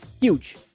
Huge